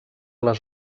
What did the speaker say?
les